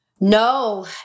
No